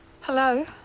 Hello